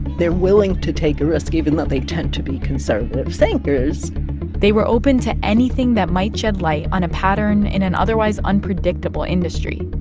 they're willing to take a risk even though they tend to be conservative thinkers they were open to anything that might shed light on a pattern in an otherwise unpredictable industry,